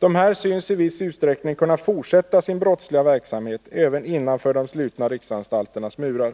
Dessa långtidsintagna synes i viss utsträckning kunna fortsätta sin brottsliga verksamhet även innanför de slutna riksanstalternas murar.